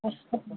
اچھا